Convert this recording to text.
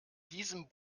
diesem